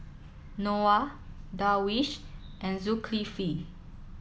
Noah Darwish and Zulkifli